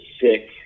sick